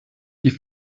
die